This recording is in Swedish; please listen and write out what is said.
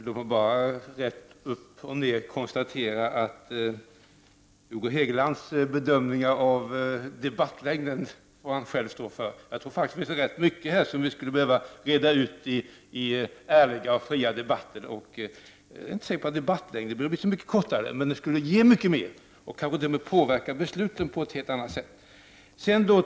Herr talman! Låt mig rätt upp och ned konstatera att Hugo Hegeland själv får stå för sin bedömning av debattens längd. Jag tror det finns mycket att reda ut i ärliga och fria debatter. Det är inte så säkert att debattiden skulle bli kortare med helt ärliga debatter, men de skulle ge mycket mer och kanske påverka besluten på ett helt annat sätt än nu.